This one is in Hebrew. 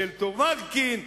של תומרקין,